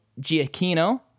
Giacchino